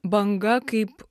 banga kaip